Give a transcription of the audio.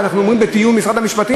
אנחנו אומרים: בתיאום עם משרד המשפטים?